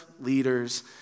leaders